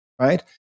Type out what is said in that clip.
right